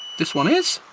this one is